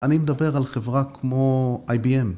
‫אני מדבר על חברה כמו IBM.